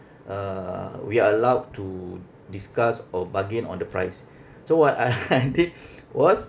uh we are allowed to discuss or bargain on the price so what I did was